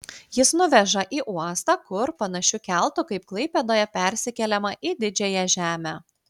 jis nuveža į uostą kur panašiu keltu kaip klaipėdoje persikeliama į didžiąją žemę